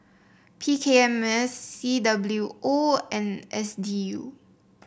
P K M S C W O and S D U